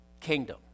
kingdom